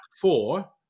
four